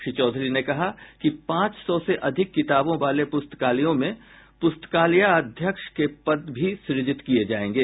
श्री चौधरी ने कहा कि पांच सौ से अधिक किताबों वाले पुस्ताकालयों में प्रस्तकालयाध्यक्ष के पद भी सृजित किये जायेंगे